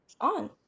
on